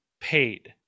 paid